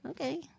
Okay